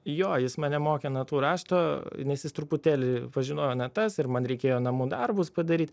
jo jis mane mokė natų rašto nes jis truputėlį pažinojo natas ir man reikėjo namų darbus padaryt